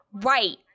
Right